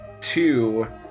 two